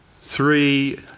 three